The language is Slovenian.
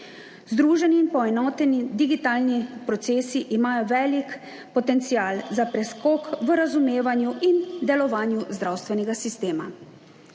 Združeni in poenoteni digitalni procesi imajo velik potencial za preskok v razumevanju in delovanju zdravstvenega sistema.